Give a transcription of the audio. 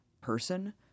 person